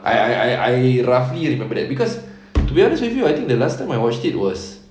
I I I roughly remember that cause to be honest with you I think the last time I watched it was